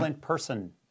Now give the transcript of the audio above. person